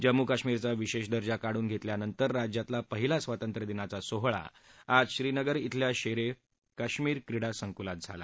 जम्मू काश्मीरमचा विशेष दर्जा काढून घेतल्या नंतर राज्यातला पहिला स्वातंत्र्यदिनाचा सोहळा आज श्रीनगर ब्रिल्या शेर ए कश्मीर क्रीडा संकुलात झाला